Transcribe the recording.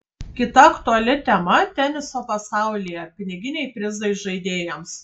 kita aktuali tema teniso pasaulyje piniginiai prizai žaidėjams